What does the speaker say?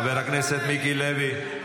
חבר הכנסת מיקי לוי?